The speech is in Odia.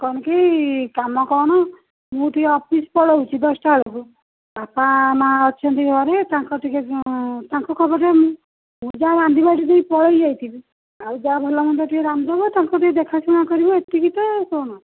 କ'ଣ କି କାମ କ'ଣ ମୁଁ ଟିକେ ଅଫିସ୍ ପଳାଉଛି ଦଶଟା ବେଳକୁ ବାପା ମାଆ ଅଛନ୍ତି ଘରେ ତାଙ୍କର ଟିକେ ତାଙ୍କ ଖବର ମୁଁ ଯାହା ରାନ୍ଧିବାଢ଼ି ଦେଇ ପଳାଇ ଯାଇଥିବି ଆଉ ଯାହା ଭଲମନ୍ଦ ଟିକେ ରାନ୍ଧି ଦେବ ତାଙ୍କୁ ଟିକେ ଦେଖାଶୁଣା କରିବ ଏତିକି ତ ଆଉ କ'ଣ